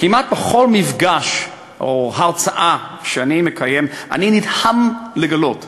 כמעט בכל מפגש או הרצאה שאני מקיים אני נדהם לגלות שאנחנו,